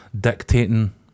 dictating